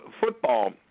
football